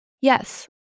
Yes